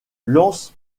lance